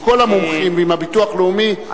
עם כל המומחים ועם הביטוח הלאומי,